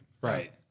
Right